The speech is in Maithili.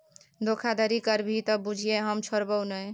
धोखाधड़ी करभी त बुझिये हम छोड़बौ नै